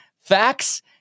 facts